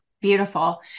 Beautiful